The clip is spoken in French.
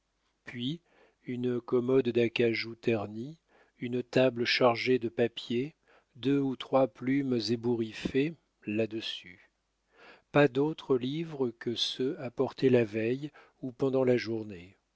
puis une commode d'acajou terni une table chargée de papiers deux ou trois plumes ébouriffées là-dessus pas d'autres livres que ceux apportés la veille ou pendant la journée